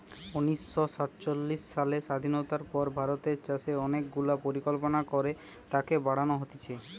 উনিশ শ সাতচল্লিশ সালের স্বাধীনতার পর ভারতের চাষে অনেক গুলা পরিকল্পনা করে তাকে বাড়ান হতিছে